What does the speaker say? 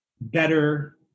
better